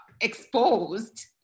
exposed